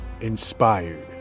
inspired